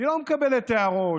היא לא מקבלת הערות,